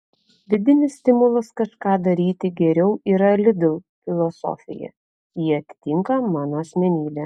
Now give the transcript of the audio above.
vidinis stimulas kažką daryti geriau yra lidl filosofija ji atitinka mano asmenybę